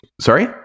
Sorry